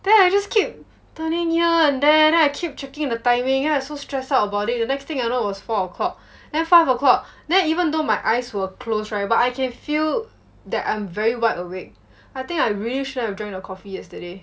then I just keep turning here and there then I keep checking the timing then I so stressed out about it the next thing you know it was four o'clock then five o'clock then even though my eyes were closed right but I can feel that I'm very wide awake I think I really shouldn't have drank the coffee yesterday